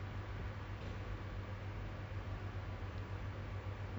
err rent house somewhere near my office also